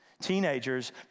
teenagers